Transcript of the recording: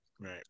right